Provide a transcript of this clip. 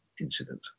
incident